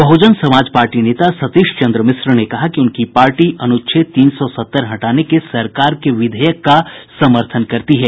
बहुजन Samaj Party नेता सतीश चन्द्र मिश्र ने कहा कि उनकी पार्टी अनुच्छेद तीन सौ सत्तर हटाने के सरकार के विधेयक का समर्थन करती है